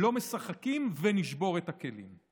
לא משחקים ונשבור את הכלים.